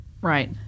Right